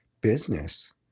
business